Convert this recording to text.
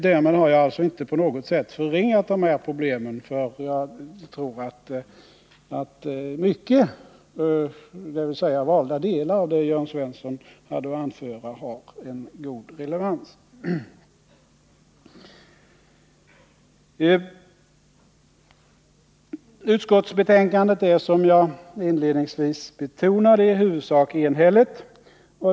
Därmed har jag inte på något sätt förringat de här problemen — jag tror att mycket, dvs. valda delar, av det Jörn Svensson hade att anföra har god relevans. Utskottsbetänkandet är, som jag inledningsvis betonade, i huvudsak enhälligt.